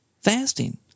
fasting